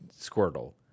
Squirtle